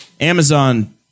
Amazon